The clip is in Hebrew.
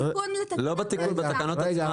לא בתיקון, בתקנות עצמן.